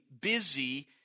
busy